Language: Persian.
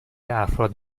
افراد